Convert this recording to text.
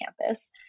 campus